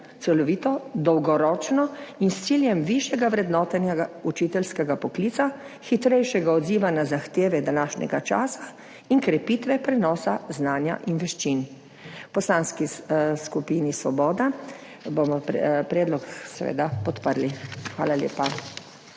celovito, dolgoročno in s ciljem višjega vrednotenja učiteljskega poklica, hitrejšega odziva na zahteve današnjega časa in krepitve prenosa znanja in veščin. V Poslanski skupini Svoboda bomo predlog seveda podprli. Hvala lepa.